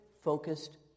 focused